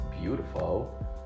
beautiful